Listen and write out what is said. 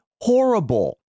horrible